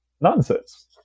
nonsense